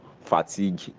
fatigue